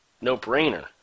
No-brainer